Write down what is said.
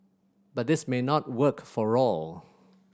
but this may not work for all